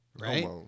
Right